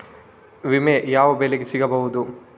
ವಿಮೆ ಯಾವ ಬೆಳೆಗೆ ಸಿಗಬಹುದು?